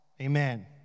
Amen